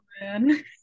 man